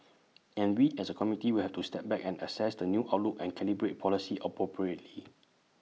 and we as A committee will have to step back and assess the new outlook and calibrate policy appropriately